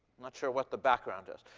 not sure what the background is.